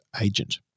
agent